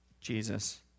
Jesus